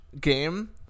game